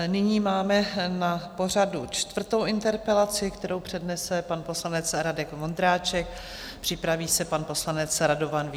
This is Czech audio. Nyní máme na pořadu čtvrtou interpelaci, kterou přednese pan poslanec Radek Vondráček, připraví se pan poslanec Radovan Vích.